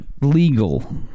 legal